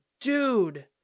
dude